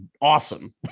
awesome